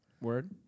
Word